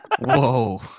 Whoa